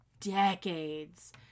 decades